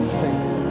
faith